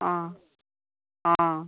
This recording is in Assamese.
অঁ অঁ